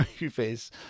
movies